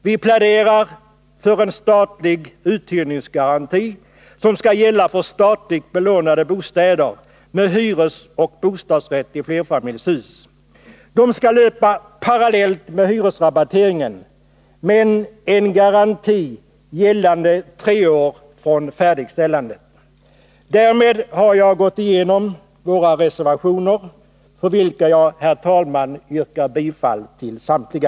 Vi planerar för en statlig uthyrningsgaranti som skall gälla för statligt belånade bostäder med hyresoch bostadsrätt i flerfamiljshus. De skall löpa parallellt med hyresrabatteringen med en garanti gällande tre år från färdigställandet. Därmed har jag gått igenom våra reservationer, och jag ber att få yrka bifall till samtliga.